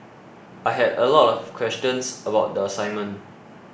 I had a lot of questions about the assignment